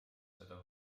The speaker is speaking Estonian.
seda